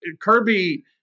Kirby